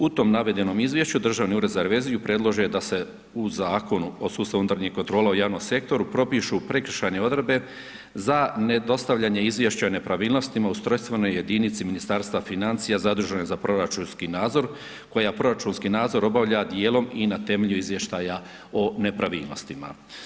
U tom navedenom izvješću Državni ured za reviziju predlaže da se u Zakonu o sustavu unutarnjih kontrola u javnom sektoru, propišu prekršajne odredbe za nedostavljanje izvješća o nepravilnostima ustrojstvenoj jedinici Ministarstva financija zaduženih za proračunski nadzor, koja proračunski nadzor obavlja dijelom i na temelju izvještaja o nepravilnostima.